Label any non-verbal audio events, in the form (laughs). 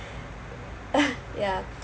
(laughs) ya